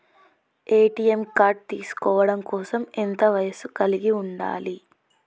ATM card తీసుకోవడం కోసం ఎంత వయస్సు కలిగి ఉండాలి?